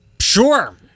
sure